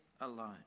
alone